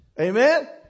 Amen